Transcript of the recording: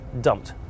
dumped